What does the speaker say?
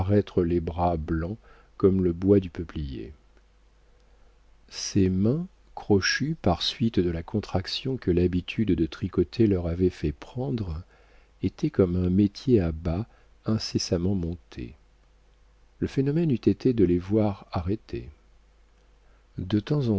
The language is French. les bras blancs comme le bois du peuplier ses mains crochues par suite de la contraction que l'habitude de tricoter leur avait fait prendre étaient comme un métier à bas incessamment monté le phénomène eût été de les voir arrêtées de temps